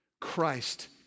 Christ